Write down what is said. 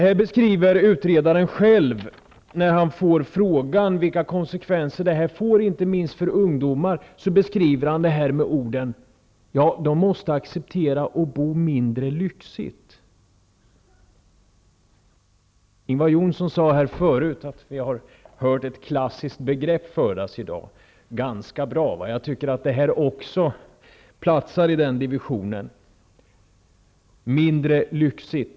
När utredaren själv får frågan vilka konsekvenser det här får inte minst för ungdomar, beskriver han situationen med orden: Ja, de måste acceptera att bo mindre lyxigt. Ingvar Johnsson sade förut att vi har hört ett klassiskt begrepp föras till torgs i dag: ganska bra. Jag tycker att det här också platsar i den divisionen. Mindre lyxigt .